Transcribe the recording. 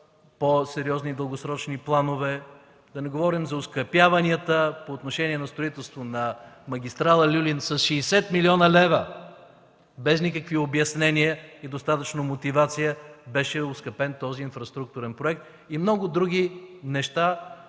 по-сериозни и дългосрочни планове; да не говорим за оскъпяванията по отношение на строителството на магистрала „Люлин” с 60 млн. лв. – без никакви обяснения и достатъчно мотивация беше оскъпен този инфраструктурен проект, и много други неща,